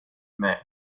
mère